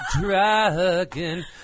Dragon